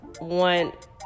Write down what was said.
want